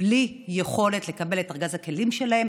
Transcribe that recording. בלי יכולת לקבל את ארגז הכלים שלהם,